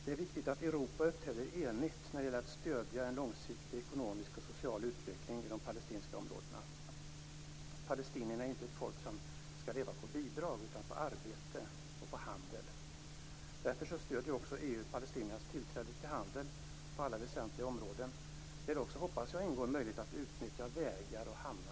Det är viktigt att Europa uppträder enigt när det gäller att stödja en långsiktig ekonomisk och social utveckling i de palestinska områdena. Palestinierna är inte ett folk som skall leva på bidrag, utan på arbete och handel. Därför stöder också EU palestiniernas tillträde till handel på alla väsentliga områden. Jag hoppas att det också ingår möjlighet att utnyttja vägar, hamnar och flyg.